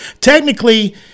technically